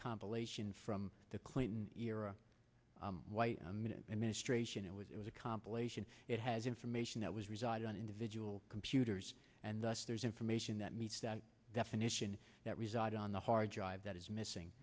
compilation from the clinton era white mint administration it was it was a compilation it has information that was residing on individual computers and thus there is information that meets that definition that reside on the hard drive that is missing